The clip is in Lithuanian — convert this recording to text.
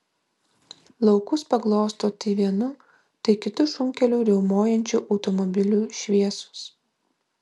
laukus paglosto tai vienu tai kitu šunkeliu riaumojančių automobilių šviesos